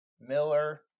Miller